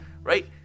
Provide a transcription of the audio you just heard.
Right